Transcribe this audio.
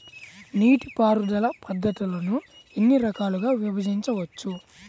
నీటిపారుదల పద్ధతులను ఎన్ని రకాలుగా విభజించవచ్చు?